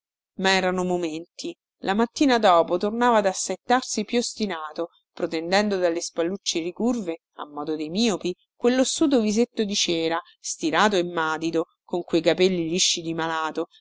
ma erano momenti la mattina dopo tornava ad assaettarsi più ostinato protendendo dalle spallucce ricurve a modo dei miopi quellossuto visetto di cera stirato e madido con quei capelli lisci di malato